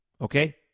Okay